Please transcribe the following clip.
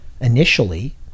initially